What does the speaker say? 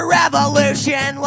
revolution